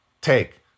take